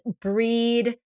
breed